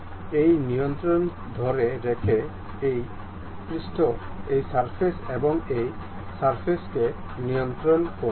এই নিয়ন্ত্রণটি ধরে রেখে এই পৃষ্ঠ এবং এই পৃষ্ঠকে নিয়ন্ত্রণ করুন